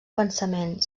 pensament